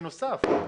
בנוסף?